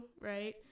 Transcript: right